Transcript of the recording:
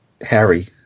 Harry